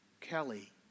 Kelly